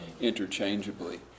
interchangeably